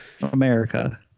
America